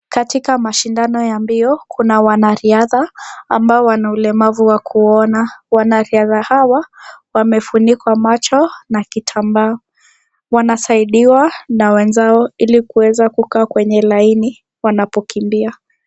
Katika mashindano ya mbio kuna wanariadha ambao wana ulemavu wa kuona. Wanariadha hawa wamefunikwa macho na kitambaaa. Wanasaidiwa na wenzao ili kuweza kukaa kwenye laini wanapokimbia.